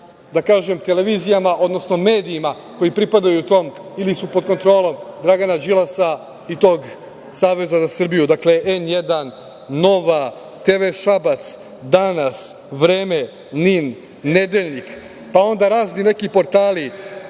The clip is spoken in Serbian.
da kažem, televizijama, odnosno medijima koji pripadaju tom ili su pod kontrolom Dragana Đilasa i tog Saveza za Srbiju, dakle „N1“, „Nova“, „TV Šabac“, „Danas“, „Vreme“, „NIN“, „Nedeljnik“, pa onda razni neki portali